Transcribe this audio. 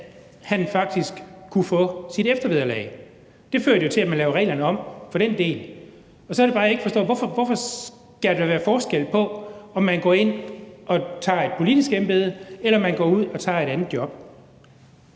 at han faktisk kunne få sit eftervederlag. Det førte jo til, at man lavede reglerne om for den del. Og så er det bare, jeg ikke forstår, hvorfor der skal være forskel på, om man går ind og tager et politisk embede, eller man går ud og tager et andet job.